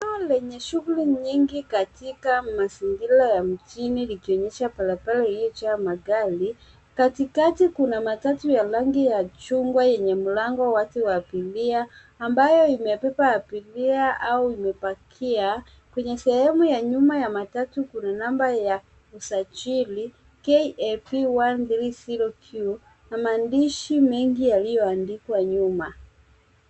Eneo lenye shughuli nyingi katika mazingira ya mjini likionyesha barabara iliyojaa magari. Katikati kuna matatu ya rangi ya chungwa yenye mlango wake wa kuingia, ambayo imebeba abiria au imepakia. Kwenye sehemu ya nyuma ya matatu kuna namba ya usajili KAP 130Q na maandishi mingi yaliyoandikwa nyuma.